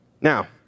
Now